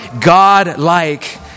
God-like